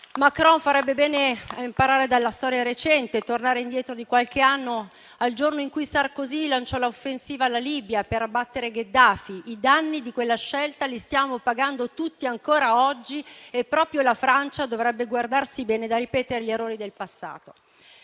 Macron farebbe bene a imparare dalla storia recente, tornare indietro di qualche anno al giorno in cui Sarkozy lanciò l'offensiva alla Libia per abbattere Gheddafi. I danni di quella scelta li stiamo pagando tutti ancora oggi e proprio la Francia dovrebbe guardarsi bene dal ripetere gli errori del passato.